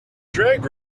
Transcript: drag